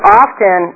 often